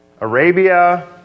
Arabia